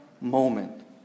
moment